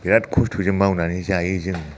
बेराद खस्थ'जों मावनानै जायो जों